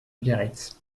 biarritz